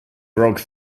broke